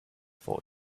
for